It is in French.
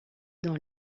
dans